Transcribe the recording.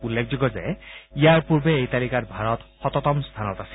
উল্লেখযোগ্য ইয়াৰ পূৰ্বে এই তালিকাত ভাৰত শততম্ স্খনত আছিল